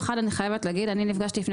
אני חייבת להגיד דבר אחד: אני נפגשתי לפני